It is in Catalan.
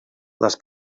les